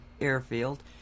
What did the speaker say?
airfield